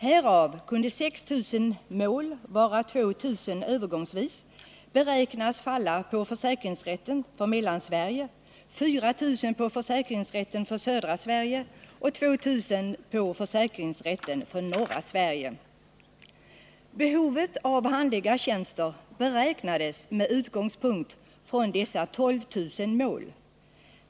Härav kunde 6 000 mål — varav 2 000 övergångsvis — beräknas falla på försäkringsrätten för Mellansverige, 4000 på försäkringsrätten för södra Sverige och 2 000 på försäkringsrätten för norra Sverige. Behovet av handläggartjänster beräknades med utgångspunkt från dessa 12 000 mål.